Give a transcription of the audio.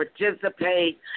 participate